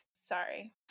Sorry